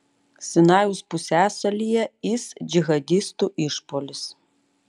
sinajaus pusiasalyje is džihadistų išpuolis